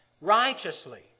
righteously